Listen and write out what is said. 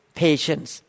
patience